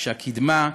כשהקדמה,